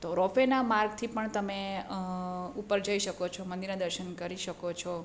તો રોપવેના માર્ગથી પણ તમે ઉપર જઈ શકો છો મંદિરના દર્શન કરી શકો છો